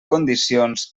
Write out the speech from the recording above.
condicions